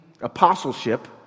apostleship